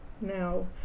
now